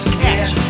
catch